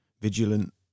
vigilant